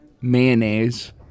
mayonnaise